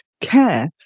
care